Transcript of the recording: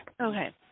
Okay